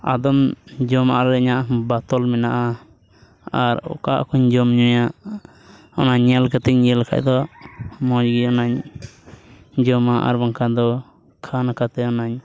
ᱟᱫᱚᱢ ᱡᱚᱢᱟ ᱤᱧᱟᱹᱜ ᱦᱚᱸ ᱵᱟᱛᱚᱞ ᱢᱮᱱᱟᱜᱼᱟ ᱟᱨ ᱚᱠᱟ ᱠᱚᱹᱧ ᱡᱚᱢ ᱧᱩᱭᱟ ᱚᱱᱟ ᱧᱮᱞ ᱠᱟᱛᱮᱫ ᱤᱭᱟᱹ ᱞᱮᱠᱷᱟᱡ ᱫᱚ ᱢᱚᱡᱽ ᱜᱮ ᱚᱱᱟᱧ ᱡᱚᱢᱟ ᱟᱨ ᱵᱟᱝᱠᱷᱟᱱ ᱫᱚ ᱠᱷᱟᱱ ᱠᱟᱛᱮ ᱚᱱᱟᱧ